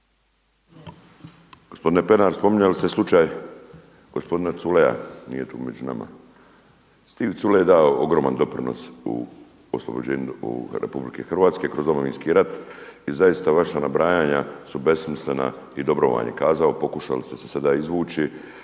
Gospodine Pernar spominjali ste slučaj gospodina Culeja, nije tu među nama. Stiv Culej je dao ogroman doprinos u oslobođenju RH kroz Domovinski rat i zaista vaša nabrajanja su besmislena i dobro vam je kazao, pokušali ste se sada izvući